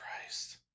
christ